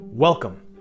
Welcome